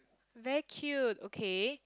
very cute okay